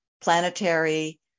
planetary